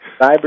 Cyber